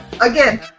again